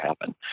happen